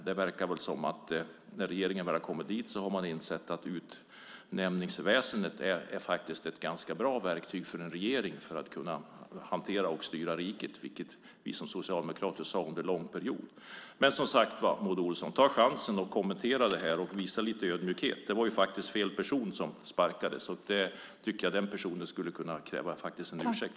Det verkar som att när regeringen väl har kommit på plats har man insett att utnämningsväsendet faktiskt är ett ganska bra verktyg för en regering att kunna hantera och styra riket, vilket vi socialdemokrater sade under en lång period. Men som sagt var, Maud Olofsson, ta chansen att kommentera det här och visa lite ödmjukhet! Det var ju faktiskt fel person som sparkades. Den personen tycker jag faktiskt skulle kunna kräva en ursäkt.